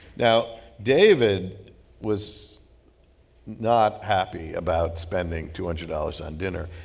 now, david was not happy about spending two hundred dollars on dinner,